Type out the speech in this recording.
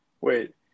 wait